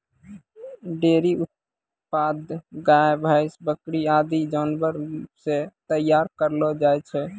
dairy उत्पाद गाय, भैंस, बकरी आदि जानवर सें तैयार करलो जाय छै